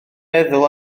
meddwl